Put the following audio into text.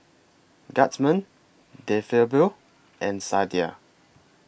Guardsman De Fabio and Sadia